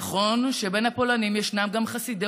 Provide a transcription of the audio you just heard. נכון הוא שבין הפולנים ישנם גם חסידי